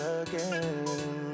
again